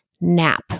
NAP